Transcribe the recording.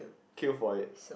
queue for it